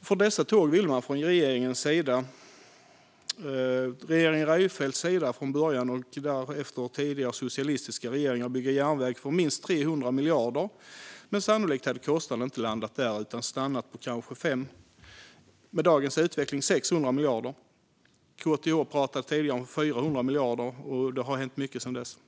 För dessa tåg ville man från regeringen Reinfeldts sida från början och sedan från tidigare socialistiska regeringar bygga järnväg för minst 300 miljarder. Men sannolikt hade kostnaden med dagens utveckling inte landat där utan stannat på kanske 600 miljarder. KTH pratade tidigare om 400 miljarder, och det har hänt mycket sedan dess.